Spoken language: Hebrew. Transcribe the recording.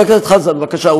חבר הכנסת חזן, בבקשה.